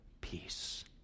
peace